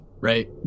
right